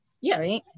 yes